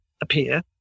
appear